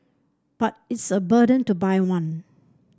but it's a burden to buy one